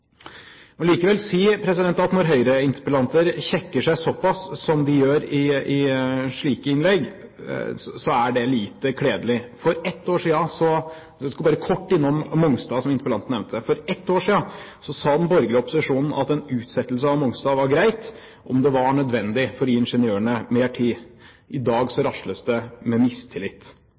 likevel si at når Høyre-interpellanter kjekker seg såpass som de gjør i slike innlegg, så er det lite kledelig. Jeg skal bare kort innom Mongstad, som interpellanten nevnte. For ett år siden sa den borgerlige opposisjonen at en utsettelse av Mongstad var greit, om det var nødvendig for å gi ingeniørene mer tid. I dag rasles det med mistillit.